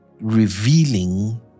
revealing